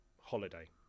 holiday